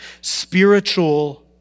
spiritual